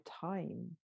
time